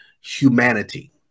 humanity